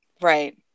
Right